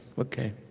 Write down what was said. ok.